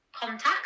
contact